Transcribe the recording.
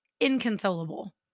inconsolable